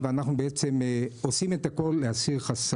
אמרנו את זה ולדעתי גם הגענו פחות או יותר לאותן מסקנות,